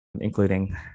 including